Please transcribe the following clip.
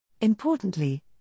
Importantly